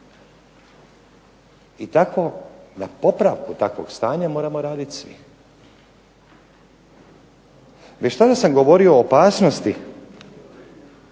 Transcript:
I na popravku takvog stanja moramo raditi svi. Već tada sam govorio o opasnosti